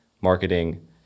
marketing